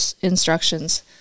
instructions